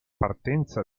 partenza